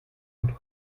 und